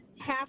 half